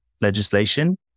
legislation